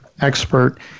expert